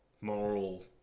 moral